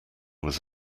was